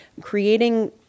creating